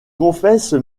confesse